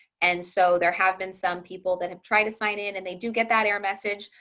and so there have been some people that have tried to sign in and they do get that error message.